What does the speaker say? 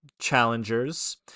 Challengers